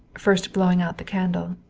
first blowing out the candle.